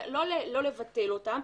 לא לבטל אותם,